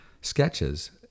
sketches